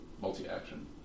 multi-action